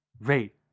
Rate